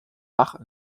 bach